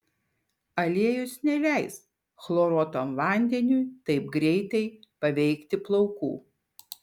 aliejus neleis chloruotam vandeniui taip greitai paveikti plaukų